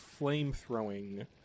flamethrowing